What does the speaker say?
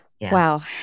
Wow